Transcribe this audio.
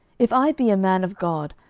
if i be a man of god,